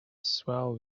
swell